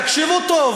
תקשיבו טוב,